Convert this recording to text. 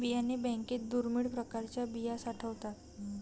बियाणे बँकेत दुर्मिळ प्रकारच्या बिया साठवतात